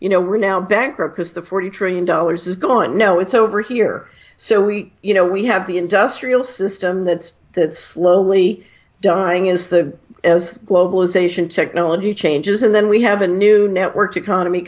you know we're now bankrupt because the forty trillion dollars is going no it's over here so we you know we have the industrial system that's the lowly dying is the as globalization technology changes and then we have a new networked economy